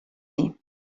dir